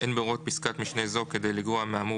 אין בהוראות פסקת משנה זו כדי לגרוע מהאמור